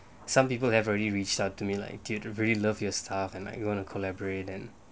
some people have already reached out to me like till they really loved your staff and like you want to collaborate and